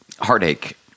heartache